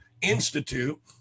Institute